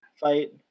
fight